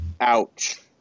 Ouch